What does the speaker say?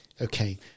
Okay